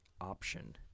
option